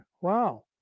Wow